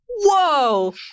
Whoa